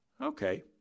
Okay